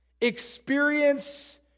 experience